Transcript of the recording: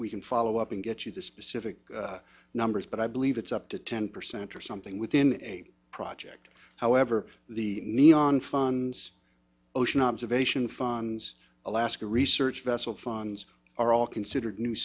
we can follow up and get you the specific numbers but i believe it's up to ten percent or something within a project however the neon funds ocean observation funds alaska research vessel funds are all considered a new